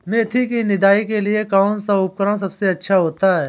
मेथी की निदाई के लिए कौन सा उपकरण सबसे अच्छा होता है?